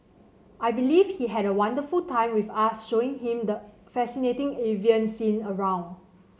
I believe he had a wonderful time with us showing him the fascinating avian scene around